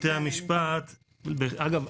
הכללי- -- אגב,